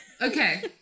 Okay